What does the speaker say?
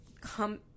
come